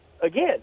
again